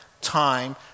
time